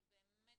אני באמת